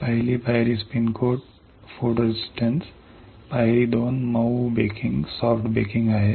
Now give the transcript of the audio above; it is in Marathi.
step one spin coat photo resistance पायरी 2 मऊ बेकिंग आहे